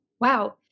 wow